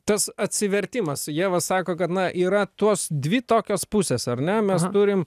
tas atsivertimas ieva sako kad na yra tos dvi tokios pusės ar ne mes turim